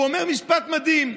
והוא אומר משפט מדהים: